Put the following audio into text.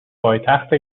پایتحت